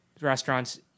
restaurants